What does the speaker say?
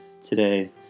today